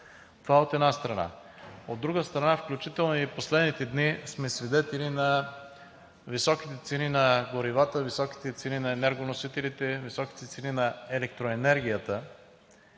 Това – от една страна. От друга страна, включително и в последните дни сме свидетели на високите цени на горивата, високите цени на енергоносителите, високите цени на електроенергията.